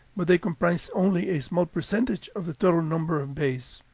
but they comprise only a small percentage of the total number of bays.